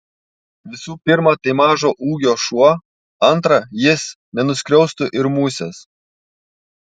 visų pirma tai mažo ūgio šuo antra jis nenuskriaustų ir musės